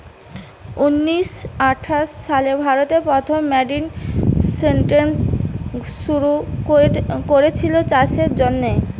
ঊনিশ শ আঠাশ সালে ভারতে প্রথম মান্ডি সিস্টেম শুরু কোরেছিল চাষের জন্যে